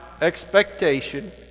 Expectation